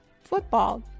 Football